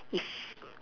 if